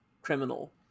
criminal